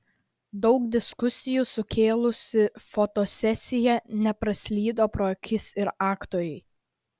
daug diskusijų sukėlusi fotosesija nepraslydo pro akis ir aktorei